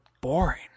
boring